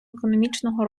економічного